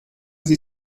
sie